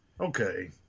Okay